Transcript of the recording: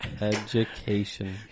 Education